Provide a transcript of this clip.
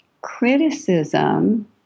criticism